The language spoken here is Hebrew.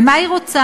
ומה היא רוצה?